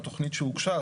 או תכנית שהוגשה,